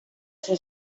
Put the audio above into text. ser